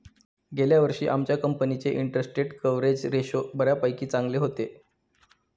गेल्या वर्षी आमच्या कंपनीचे इंटरस्टेट कव्हरेज रेशो बऱ्यापैकी चांगले होते